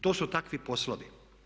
To su takvi poslovi.